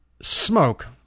Smoke